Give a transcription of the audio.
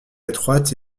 étroite